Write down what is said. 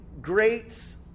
Great's